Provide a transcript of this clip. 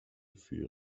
für